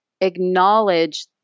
acknowledge